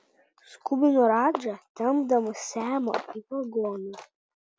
skubino radža tempdamas semą į vagoną